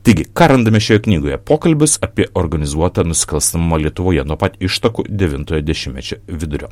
taigi ką randame šioje knygoje pokalbis apie organizuotą nusikalstamumą lietuvoje nuo pat ištakų devintojo dešimtmečio vidurio